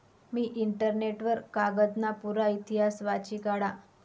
मी internet वर कागदना पुरा इतिहास वाची काढा